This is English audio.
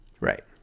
Right